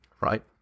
right